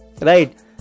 right